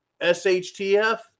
SHTF